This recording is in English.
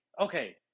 Okay